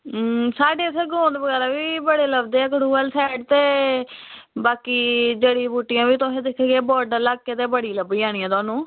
साढ़े उत्थें गौंड बगैरा बी बड़े लभदे कठुआ आह्ली साईड ते बाकी जड़ी बूटियां बी तुसेंगी दस्सगे बॉर्डर लाकै ई ते बड़ी लब्भी जानियां थुहानू